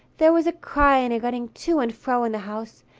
there was a cry and a running to and fro in the house,